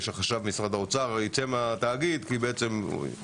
שחשב משרד האוצר יצא מהתאגיד כי החשב